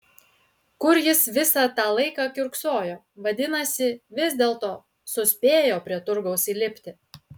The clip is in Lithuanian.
kur jis visą tą laiką kiurksojo vadinasi vis dėlto suspėjo prie turgaus įlipti